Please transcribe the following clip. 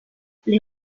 les